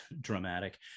dramatic